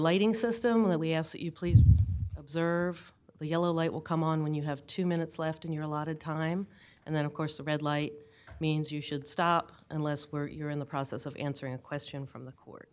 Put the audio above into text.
lighting system in that we ask you please observe the yellow light will come on when you have two minutes left in your allotted time and then of course the red light means you should stop unless where you're in the process of answering a question from the court